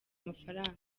mafaranga